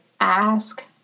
ask